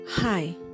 Hi